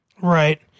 Right